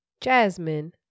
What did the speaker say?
Jasmine